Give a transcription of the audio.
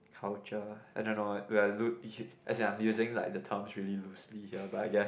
culture I don't know where I loo~ as in I am using like the terms very loosely here but I guess